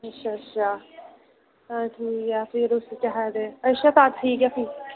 अच्छा अच्छा तां ठीक ऐ फेर केह् आखदे अच्छा चल ठीक फ्ही